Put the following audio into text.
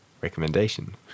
recommendation